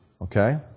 Okay